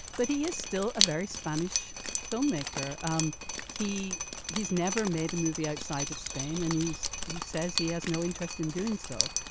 but he is still a very spanish filmmaker. um he he's never made a movie outside of spain and he's he says he has no interest in doing so.